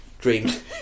dreams